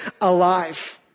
alive